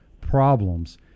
problems